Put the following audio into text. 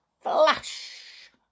flash